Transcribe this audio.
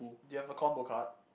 do you have a combo card